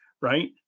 right